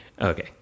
Okay